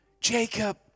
jacob